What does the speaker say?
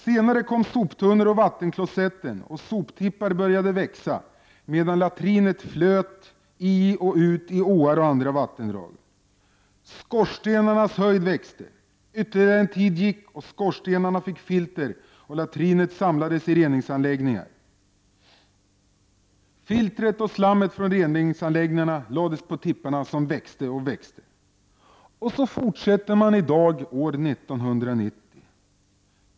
Senare kom soptunnor och vattenklosetter, och soptippar började växa medan latrinet flöt ut i åar och andra vattendrag. Skorstenarnas höjd växte. Ytterligare en tid gick, och skorstenarna fick filter och latrinet samlades i reningsanläggningar. Filtret och slammet från reningsanläggningarna lades på tipparna, som växte och växte. Och så fortsätter man i dag, år 1990.